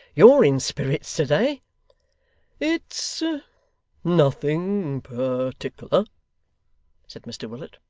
you're in spirits to-day it's nothing partickler said mr willet,